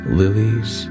lilies